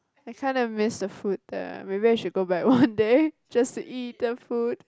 I kind of miss the food there maybe I should go back one day just eat the food